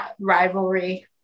rivalry